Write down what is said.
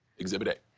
exhibit a.